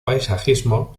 paisajismo